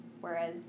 whereas